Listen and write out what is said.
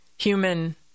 Human